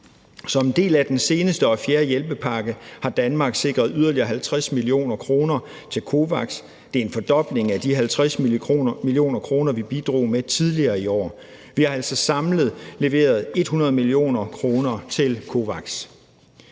Som en del af den seneste og fjerde hjælpepakke har Danmark sikret yderligere 50 mio. kr. til COVAX; det er en fordobling af de 50 mio. kr., som vi bidrog med tidligere i år. Vi har altså samlet leveret 100 mio. kr. til COVAX.